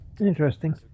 Interesting